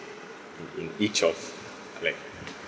in in each of like